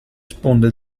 sponde